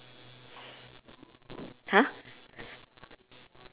!huh!